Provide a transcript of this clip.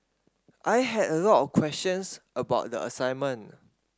I had a lot of questions about the assignment